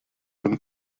von